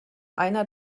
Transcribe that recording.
einer